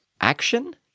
action